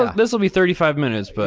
ah this will be thirty five minutes. but